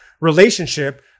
relationship